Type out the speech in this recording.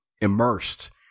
immersed